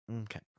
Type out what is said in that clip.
Okay